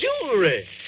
jewelry